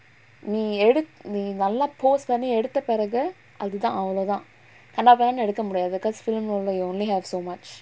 நீ எடுத் நீ நல்லா:nee eduth nee nallaa pose பண்ணி எடுத்த பிறகு அதுதா அவ்ளோதா கண்ணா பின்னானு எடுகக முடியாது:panni edutha piragu athuthaa avlothaa kannaa pinnaanu edukka mudiyathu cause film roller you only have so much